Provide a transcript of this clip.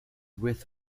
width